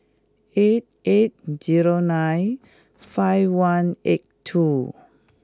eight eight zero nine five one eight two